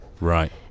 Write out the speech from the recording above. Right